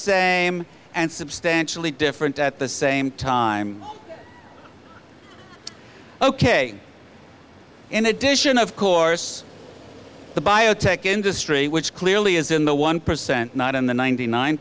same and substantially different at the same time ok in addition of course the biotech industry which clearly is in the one percent not in the ninety nine